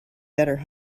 better